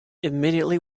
immediately